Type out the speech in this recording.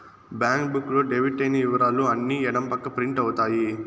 bank book లో debit అయిన ఇవరాలు అన్ని ఎడం పక్క ప్రింట్ అవుతాయి